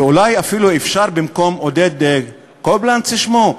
ואולי אפילו אפשר במקום, עודד קובלנץ שמו?